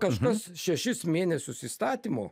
kažkas šešis mėnesius įstatymo